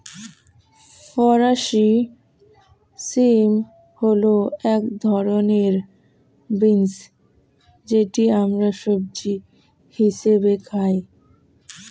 ফরাসি শিম হল এক ধরনের বিন্স যেটি আমরা সবজি হিসেবে খাই